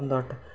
പൂന്തോട്ടം